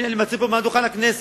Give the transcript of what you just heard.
הנה אני מצהיר פה מעל דוכן הכנסת.